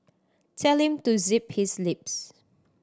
tell him to zip his lips